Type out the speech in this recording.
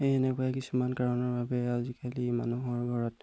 সেই এনেকুৱা কিছুমান কাৰণৰ বাবে আজিকালি মানুহৰ ঘৰত